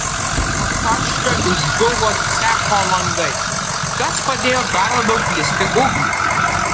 nuo karščio išdužo cecho langai kas padėjo dar labiau plisti ugniai